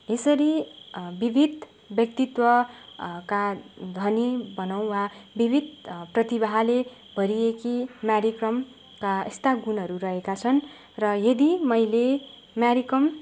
यसरी विविध व्यक्तित्व का धनी भनौँ वा विविध प्रतिभाले भरिएकी म्यारी कमका यस्ता गुणहरू रहेका छन् र यदि मैले म्यारी कम